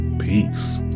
Peace